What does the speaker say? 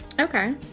Okay